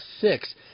six